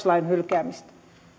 lain hylkäämistä